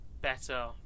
better